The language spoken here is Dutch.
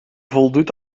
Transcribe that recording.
voldoet